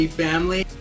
family